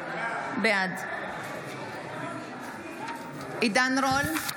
בעד עידן רול,